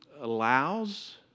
allows